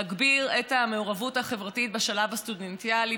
להגביר את המעורבות החברתית בשלב הסטודנטיאלי,